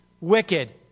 Wicked